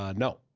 ah no.